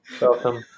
Welcome